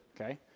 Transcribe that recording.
okay